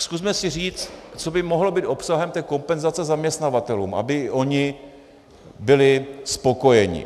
Zkusme si říct, co by mohlo být obsahem té kompenzace zaměstnavatelům, aby i oni byli spokojeni.